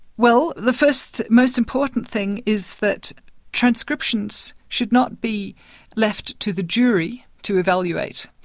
well, the first, most important thing is that transcriptions should not be left to the jury to evaluate.